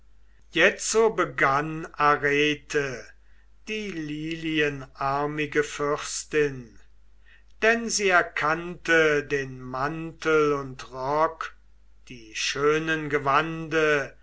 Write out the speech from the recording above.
jetzo begann arete die lilienarmige fürstin denn sie erkannte den mantel und rock die schönen gewande